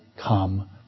come